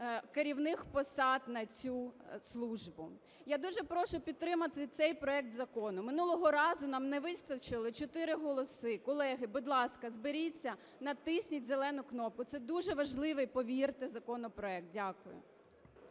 керівних посад на цю службу. Я дуже прошу підтримати цей проект закону. Минулого разу нам не вистачило чотири голоси. Колеги, будь ласка, зберіться, натисніть зелену кнопку. Це дуже важливий, повірте, законопроект. Дякую.